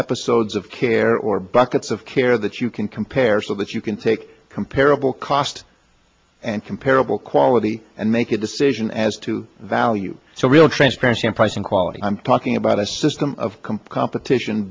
episodes of care or buckets of care that you can compare so that you can take comparable cost and comparable quality and make a decision as to value so real transparency in price and quality i'm talking about a system of compound petition